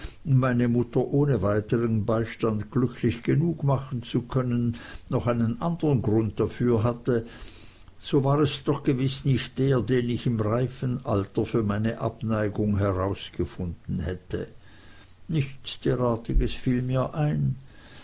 meine mutter ohne weitern beistand glücklich genug machen zu können noch einen andern grund dafür hatte war es doch gewiß nicht der den ich im reifern alter für meine abneigung herausgefunden hätte nichts derartiges fiel mir ein